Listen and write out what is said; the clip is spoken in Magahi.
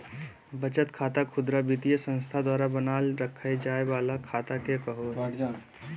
बचत खाता खुदरा वित्तीय संस्था द्वारा बनाल रखय जाय वला खाता के कहो हइ